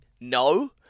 no